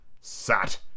sat